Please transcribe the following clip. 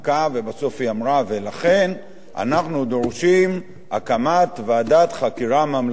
ובסוף היא אמרה: ולכן אנחנו דורשים הקמת ועדת חקירה ממלכתית.